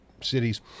cities